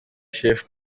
chef